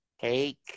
Take